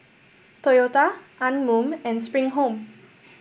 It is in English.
Toyota Anmum and Spring Home